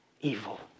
evil